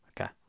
Okay